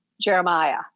Jeremiah